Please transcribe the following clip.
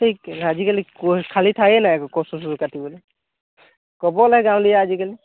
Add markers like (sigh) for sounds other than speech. ঠিক আজিকালি খালী থায়েই নাই কচু চচু কাটিবলে (unintelligible) গাঁৱলীয়া আজিকালি